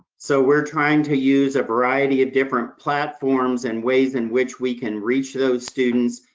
so we're trying to use a variety of different platforms and ways in which we can reach those students,